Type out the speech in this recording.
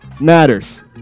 Matters